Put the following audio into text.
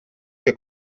que